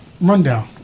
rundown